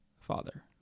Father